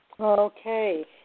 Okay